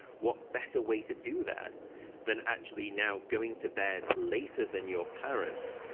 what better way to do that than actually, now, going to bed later than your parents?